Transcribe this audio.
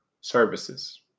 services